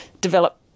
develop